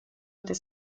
этой